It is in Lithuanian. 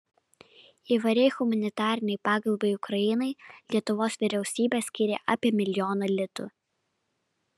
įvairiai humanitarinei pagalbai ukrainai lietuvos vyriausybė skyrė apie milijoną litų